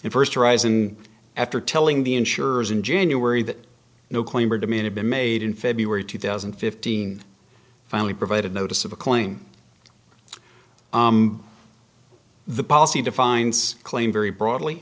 in first arising after telling the insurers in january that no claim or demand have been made in february two thousand and fifteen finally provided notice of a claim the policy defines claim very broadly